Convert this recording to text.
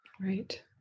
Right